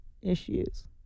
issues